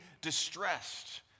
distressed